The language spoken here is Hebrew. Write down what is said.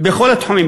בכל התחומים,